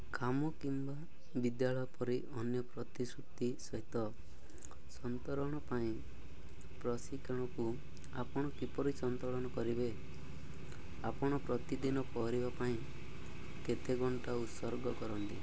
କାମ କିମ୍ବା ବିଦ୍ୟାଳୟ ପରି ଅନ୍ୟ ପ୍ରତିଶ୍ରୁତି ସହିତ ସନ୍ତରଣ ପାଇଁ ପ୍ରଶିକ୍ଷଣକୁ ଆପଣ କିପରି ସନ୍ତରଣ କରିବେ ଆପଣ ପ୍ରତିଦିନ ପରିବା ପାଇଁ କେତେ ଘଣ୍ଟା ଉତ୍ସର୍ଗ କରନ୍ତି